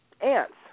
ants